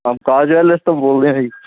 Onkar jewellers ਤੋਂ ਬੋਲਦੇ ਆਂ ਜੀ